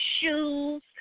shoes